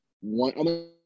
one